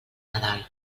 nadal